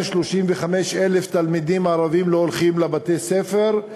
35,000 תלמידים ערבים לא הולכים לבתי-הספר,